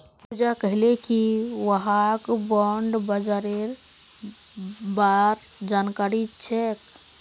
पूजा कहले कि वहाक बॉण्ड बाजारेर बार जानकारी छेक